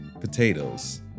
potatoes